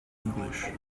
english